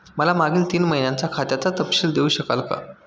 मला मागील तीन महिन्यांचा खात्याचा तपशील देऊ शकाल का?